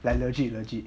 like legit legit